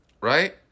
Right